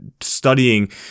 studying